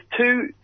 two